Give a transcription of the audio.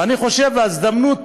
ואני חושב שההזדמנות